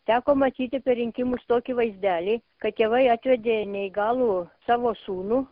teko matyti per rinkimus tokį vaizdelį kad tėvai atvedė neįgalų savo sūnų